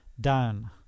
down